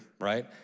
right